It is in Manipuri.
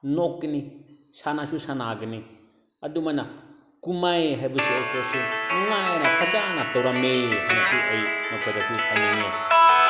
ꯅꯣꯛꯀꯅꯤ ꯁꯥꯟꯅꯁꯨ ꯁꯥꯟꯅꯒꯅꯤ ꯑꯗꯨꯃꯥꯏꯅ ꯀꯨꯝꯍꯩ ꯍꯥꯏꯕꯁꯦ ꯑꯩꯈꯣꯏꯁꯦ ꯅꯨꯡꯉꯥꯏꯅ ꯐꯖꯅ ꯇꯧꯔꯝꯃꯦ ꯍꯥꯏꯕꯁꯦ ꯑꯩ ꯅꯈꯣꯏꯗꯁꯨ ꯍꯥꯏꯅꯤꯡꯉꯦ